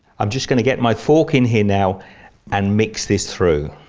i'm just going to get my fork in here now and mix this through,